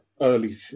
early